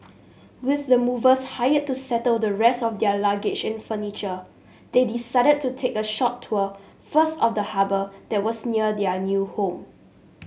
with the movers hired to settle the rest of their luggage and furniture they decided to take a short tour first of the harbour that was near their new home